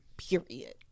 period